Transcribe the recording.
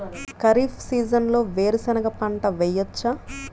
ఖరీఫ్ సీజన్లో వేరు శెనగ పంట వేయచ్చా?